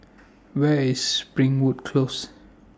Where IS Springwood Close